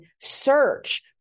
search